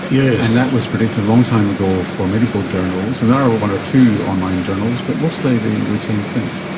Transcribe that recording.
yeah and that was predicted a long time ago for medical journals, and there are one or two online journals, but mostly they retain print.